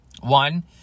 One